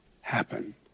happen